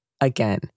Again